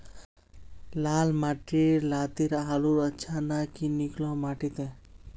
लाल माटी लात्तिर आलूर अच्छा ना की निकलो माटी त?